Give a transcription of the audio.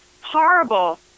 horrible